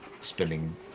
spending